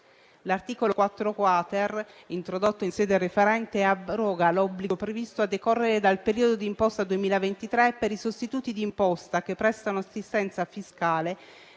L'articolo 4-*quater*, introdotto in sede referente, abroga l'obbligo previsto a decorrere dal periodo di imposta 2023, per i sostituti di imposta che prestano assistenza fiscale,